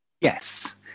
yes